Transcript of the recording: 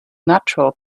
natural